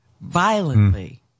violently